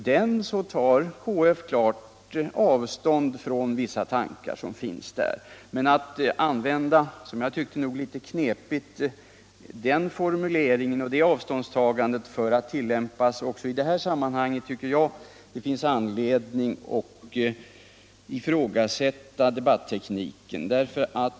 KF tar klart avstånd från vissa tankar som finns däri. Men när man använder — som jag nog tyckte litet knepigt — den formuleringen och det avståndstagandet också i det här sammanhanget, anser jag att det finns anledning att ifrågasätta debattekniken.